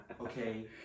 Okay